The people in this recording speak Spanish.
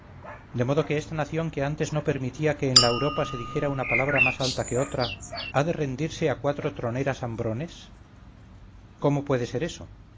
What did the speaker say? de modo que esta nación que antes no permitía que en la europa se dijera una palabra más alta que otra ha de rendirse a cuatro troneras hambrones cómo puede ser eso